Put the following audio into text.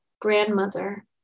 grandmother